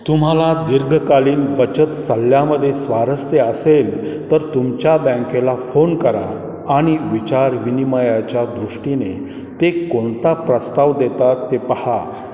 तुम्हाला दीर्घकालीन बचत सल्ल्यामध्ये स्वारस्य असेल तर तुमच्या बँकेला फोन करा आणि विचारविनिमयाच्या दृष्टीने ते कोणता प्रस्ताव देताात ते पहा